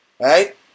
Right